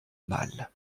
mal